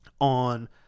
on